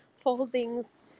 foldings